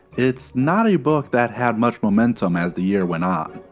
it's not a book that had much momentum as the year went on.